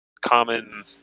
common